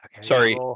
Sorry